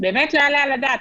באמת לא יעלה על הדעת.